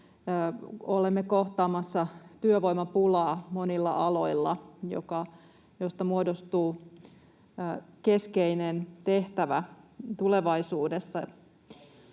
olemme kohtaamassa työvoimapulaa monilla aloilla, mistä muodostuu keskeinen tehtävä tulevaisuudessa.